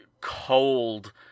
cold